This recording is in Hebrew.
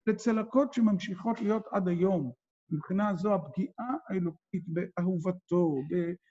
לצלקות שממשיכות להיות עד היום, מבחינה זו הפגיעה האלוקית באהובתו.